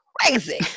crazy